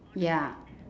ya